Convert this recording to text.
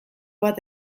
bat